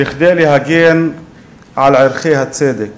כדי להגן על ערכי הצדק.